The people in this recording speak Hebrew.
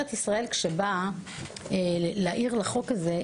ישראל באה להעיר את ההערות לחוק הזה,